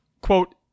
quote